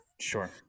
Sure